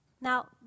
Now